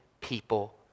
people